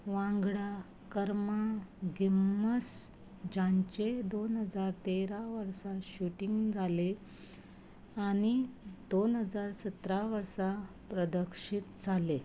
वांगडा कर्मा गेम्मस जांचें दोन हजार तेरा वर्सा शुटींग जालें आनी दोन हजार सतरा वर्सा प्रदर्शीत जालें